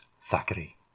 Thackeray